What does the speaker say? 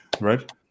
Right